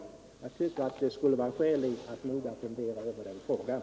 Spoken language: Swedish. Jag tycker att det skulle vara motiverat att noga fundera över den frågan.